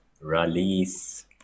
release